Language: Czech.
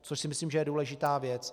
Což si myslím, že je důležitá věc.